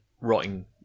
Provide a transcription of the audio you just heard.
rotting